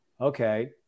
okay